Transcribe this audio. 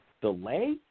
delay